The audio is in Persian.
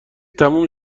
تموم